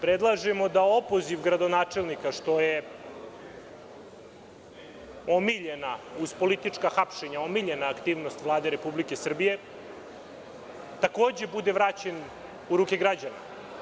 Predlažemo da opoziv gradonačelnika, što je omiljena, naravno uz politička hapšenja, omiljena aktivnosti Vlade Republike Srbije takođe bude vraćen u ruke građana.